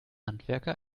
handwerker